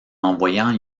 envoyant